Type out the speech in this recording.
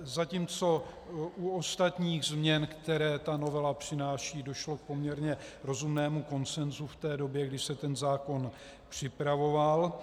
Zatímco u ostatních změn, které ta novela přináší, došlo k poměrně rozumného konsenzu v té době, když se ten zákon připravoval.